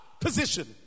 position